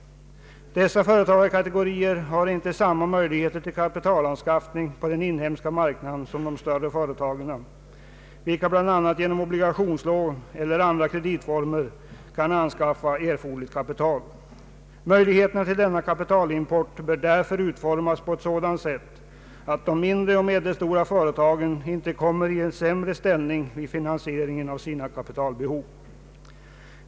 Dessa företagarkategorier har icke samma möjligheter till kapitalanskaffning på den inhemska marknaden som de större företagen, vilka bl.a. genom obligationslån eller andra kreditformer kan skaffa erforderligt kapital. Möjligheterna till denna kapitalimport bör därför utformas på ett sådant sätt att de mindre eller medelstora företagen inte kommer i en sämre ställning än andra vid finansieringen av sina kapitalbehov.